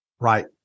Right